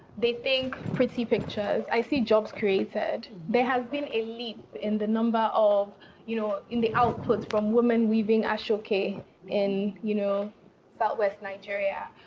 they think, pretty pictures. i see jobs created. there has been a leap in the number of you know in the output from women weaving ashoke in you know southwest nigeria.